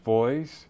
Boys